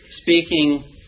speaking